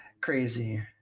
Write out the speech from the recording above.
Crazy